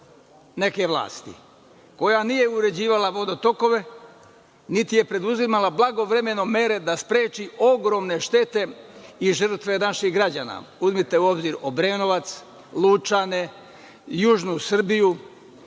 neke vlasti koja nije uređivala vodotokove, niti je preduzimala blagovremeno mere da spreči ogromne štete i žrtve naših građana. Uzmite u obzir Obrenovac, Lučane, južnu Srbiju.